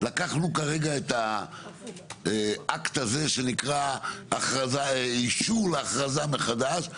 לקחנו כרגע את האקט הזה שנקרא אישור להכרזה מחדש,